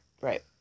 Right